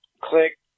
Click